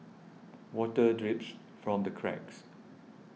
water drips from the cracks